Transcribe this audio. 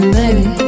baby